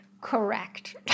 correct